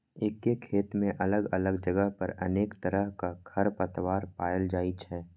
एके खेत मे अलग अलग जगह पर अनेक तरहक खरपतवार पाएल जाइ छै